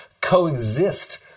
coexist